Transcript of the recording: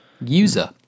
User